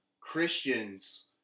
Christians